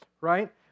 right